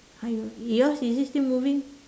!haiyo! yours is it still moving